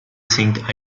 think